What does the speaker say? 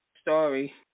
story